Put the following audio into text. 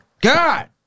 God